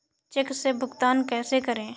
Check से भुगतान कैसे करें?